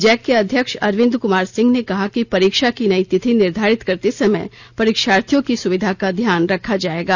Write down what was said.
Jack के अध्यक्ष अरविंद क्मार सिंह ने कहा कि परीक्षा की नई तिथि निर्धारित करते समय परीक्षार्थियों की सुविधा का ध्यान रखा जायेगा